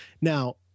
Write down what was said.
Now